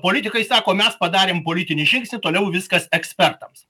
politikai sako mes padarėm politinį žingsnį toliau viskas ekspertams